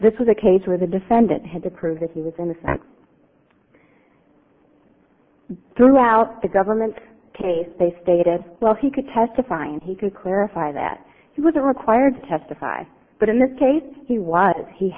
this was a case where the defendant had to prove that he was in the throughout the government's case they stated well he could testify and he could clarify that he wasn't required to testify but in this case he was he